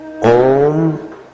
Om